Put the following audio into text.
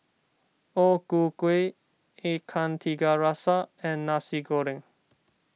O Ku Kueh Ikan Tiga Rasa and Nasi Goreng